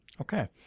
Okay